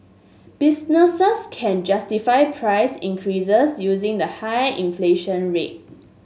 businesses can justify price increases using the high inflation rate